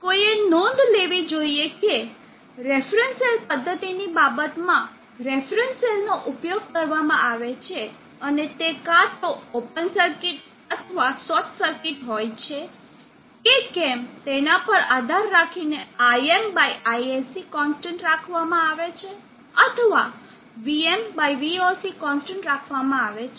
કોઈએ નોંધ લેવી જોઈએ કે રેફરન્સ સેલ પદ્ધતિ ની બાબતમાં રેફરન્સ સેલ નો ઉપયોગ કરવામાં આવે છે અને તે કા તો ઓપન સર્કિટ અથવા શોર્ટ સર્કિટ હોય છે કે કેમ તેના પર આધાર રાખીને ImISC કોનસ્ટન્ટ રાખવામાં આવે છે અથવા vmvoc કોનસ્ટન્ટ રાખવામાં આવે છે